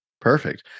Perfect